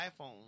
iPhone